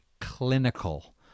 clinical